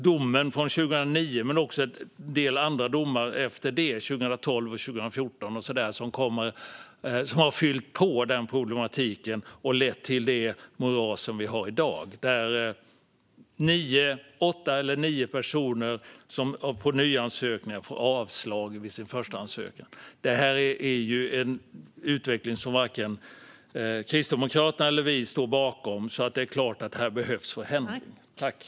Domen från 2009 men också en del andra domar efter det - 2012, 2014 och så vidare - har fyllt på problematiken och har lett till det moras som vi har i dag, där åtta till nio av tio personer vid nyansökningar får avslag på sin första ansökan. Detta är en utveckling som varken Kristdemokraterna eller vi står bakom, så det är klart att här behövs förändring.